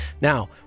Now